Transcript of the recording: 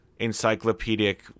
encyclopedic